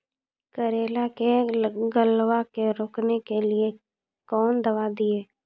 करेला के गलवा के रोकने के लिए ली कौन दवा दिया?